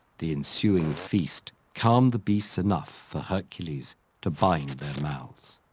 the ensuing feast calmed the beasts enough for hercules to bind their mouths.